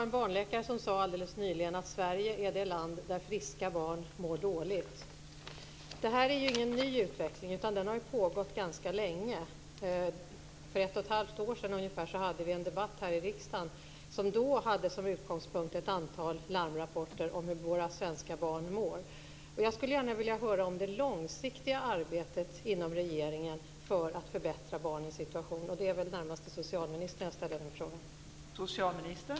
En barnläkare sade alldeles nyligen att Sverige är det land där friska barn mår dåligt. Detta är ingen ny utveckling, utan den har pågått ganska länge. För ett och ett halvt år sedan ungefär förde vi en debatt här i riksdagen som hade som utgångspunkt ett antal larmrapporter om hur våra svenska barn mår. Jag vill fråga om det långsiktiga arbetet inom regeringen för att förbättra barnens situation. Jag ställer frågan närmast till socialministern.